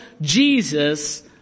jesus